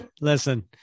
listen